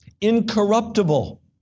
incorruptible